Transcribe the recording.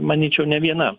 manyčiau ne viena